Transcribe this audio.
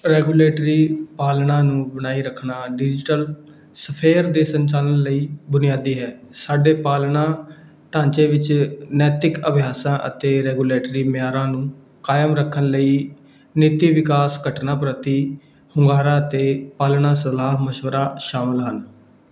regulatory ਪਾਲਣਾ ਨੂੰ ਬਣਾਈ ਰੱਖਣਾ ਡਿਜੀਟਲ ਸਫੇਅਰ ਦੇ ਸੰਚਾਲਨ ਲਈ ਬੁਨਿਆਦੀ ਹੈ ਸਾਡੇ ਪਾਲਣਾ ਢਾਂਚੇ ਵਿੱਚ ਨੈਤਿਕ ਅਭਿਆਸਾਂ ਅਤੇ ਰੈਗੂਲੇਟਰੀ ਮਿਆਰਾਂ ਨੂੰ ਕਾਇਮ ਰੱਖਣ ਲਈ ਨੀਤੀ ਵਿਕਾਸ ਘਟਨਾ ਪ੍ਰਤੀ ਹੁੰਗਾਰਾ ਅਤੇ ਪਾਲਣਾ ਸਲਾਹ ਮਸ਼ਵਰਾ ਸ਼ਾਮਿਲ ਹਨ